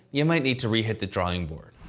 you might need to re-hit the drawing board.